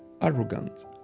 arrogant